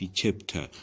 chapter